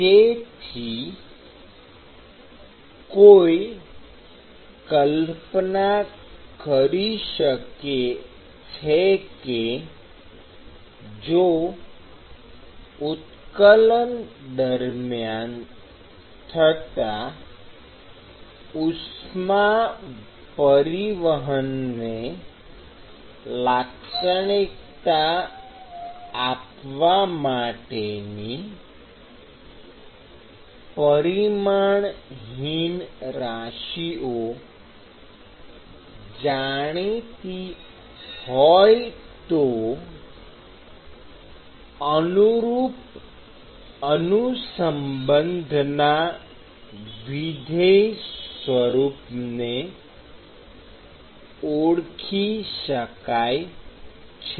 તેથી કોઈ કલ્પના કરી શકે છે કે જો ઉત્કલન દરમિયાન થતાં ઉષ્મા પરિવહનને લાક્ષણિકતા આપવા માટેની પરિમાણહીન રાશિઓ જાણીતી હોય તો અનુરૂપ અનુસંબંધના વિધેય સ્વરૂપને ઓળખી શકાય છે